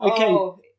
Okay